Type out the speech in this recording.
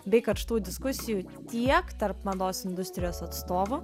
bei karštų diskusijų tiek tarp mados industrijos atstovų